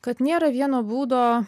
kad nėra vieno būdo